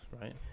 right